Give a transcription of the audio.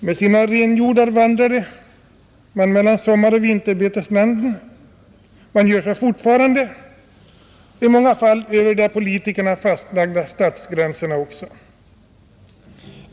Med sina renhjordar vandrar de fortfarande mellan sommaroch vinterbetslanden, i många fall över de av politikerna fastlagda statsgränserna.